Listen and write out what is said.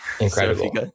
Incredible